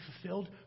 fulfilled